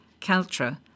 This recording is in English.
Caltra